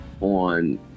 on